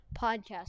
podcast